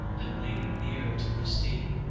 and leaning nearer to christina.